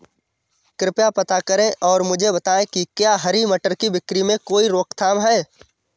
कृपया पता करें और मुझे बताएं कि क्या हरी मटर की बिक्री में कोई रोकथाम है?